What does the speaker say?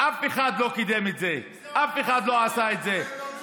אף אחד לא קידם את זה, אף אחד לא עשה את זה.